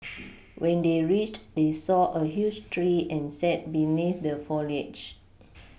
when they reached they saw a huge tree and sat beneath the foliage